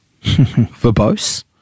verbose